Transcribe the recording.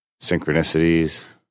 synchronicities